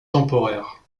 temporaire